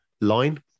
line